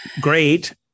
Great